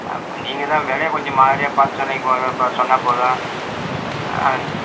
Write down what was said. அப்ப நீங்கள் தான் வெலைய கொஞ்சம் மாதிரியா பார்த்து சொன்னீங்க பாத் சொன்னால் போதும் ஆ